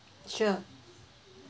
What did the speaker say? sure